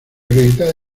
acreditada